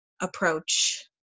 approach